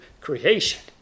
creation